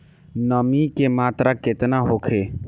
नमी के मात्रा केतना होखे?